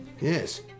Yes